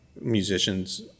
musicians